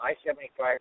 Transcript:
I-75